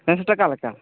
ᱮᱠᱥᱚ ᱴᱟᱠᱟ ᱞᱮᱠᱟ